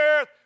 earth